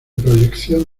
proyección